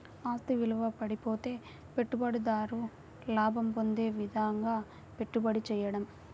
ఆస్తి విలువ పడిపోతే పెట్టుబడిదారు లాభం పొందే విధంగాపెట్టుబడి చేయడం